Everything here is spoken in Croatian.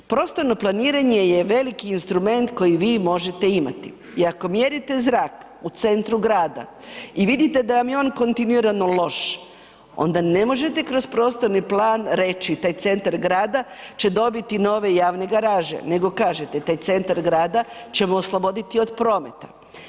Prostorno planiranje je veliki instrument koji vi možete imati i ako mjerite zrak u centru grada i vidite da vam je on kontinuirano loš, onda ne možete kroz prostorni plan reći taj centar grada će dobiti nove javne garaže, nego kažete taj centar grada ćemo osloboditi od prometa.